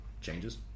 changes